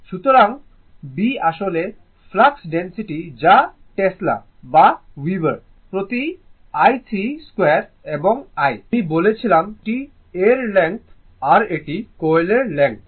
সুতরাং B আসলে flux density যা টেসলা বা ওয়েবার প্রতি i 3 2 এবং l আমি বলেছিলাম এটি l এর লেংথ আর এটি কয়েলের লেংথ